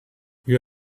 you